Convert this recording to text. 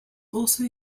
also